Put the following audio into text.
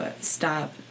stop